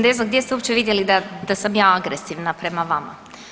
Ne znam gdje ste uopće vidjeli da sam ja agresivna prema vama.